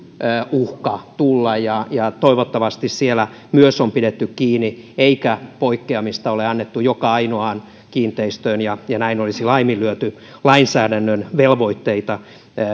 uhka tulla toivottavasti myös siellä rakentamisesta on pidetty kiinni eikä poikkeamista ole annettu joka ainoaan kiinteistöön ja ja näin laiminlyöty lainsäädännön velvoitteita